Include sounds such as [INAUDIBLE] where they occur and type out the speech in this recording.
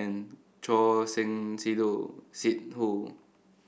and Choor Singh [UNINTELLIGIBLE] Sidhu